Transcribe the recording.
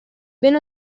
ben